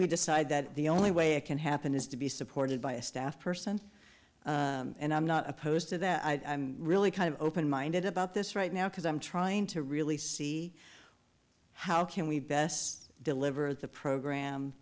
we decide that the only way it can happen is to be supported by a staff person and i'm not opposed to that i'm really kind of open minded about this right now because i'm trying to really see how can we best deliver the program